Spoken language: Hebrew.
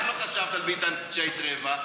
איך לא חשבת על ביטן כשהיית רעבה?